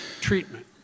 Treatment